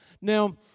Now